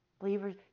believers